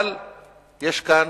אבל יש כאן